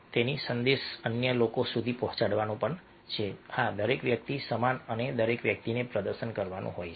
તેથી સંદેશ અન્ય લોકો સુધી પહોંચવો જોઈએ કે હા દરેક વ્યક્તિ સમાન છે અને દરેક વ્યક્તિએ પ્રદર્શન કરવાનું છે